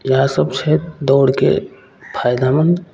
इएहसब छै दौड़के फायदामन्द